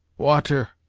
water,